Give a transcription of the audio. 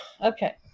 okay